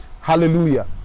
Hallelujah